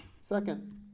second